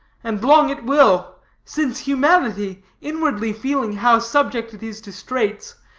and long it will since humanity, inwardly feeling how subject it is to straits,